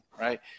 right